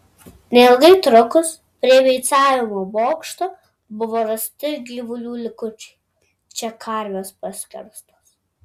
neilgai trukus prie beicavimo bokšto buvo rasti gyvulių likučiai čia karvės paskerstos